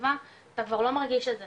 לחטיבה אתה כבר לא מרגיש את זה,